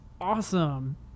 awesome